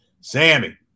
Sammy